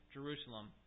Jerusalem